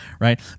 right